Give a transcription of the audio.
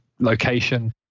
location